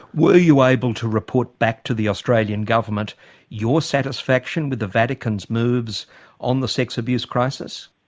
were you able to report back to the australia and government your satisfaction with the vatican's moves on the sex abuse crisis?